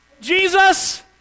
Jesus